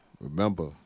Remember